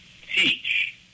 teach